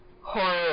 horror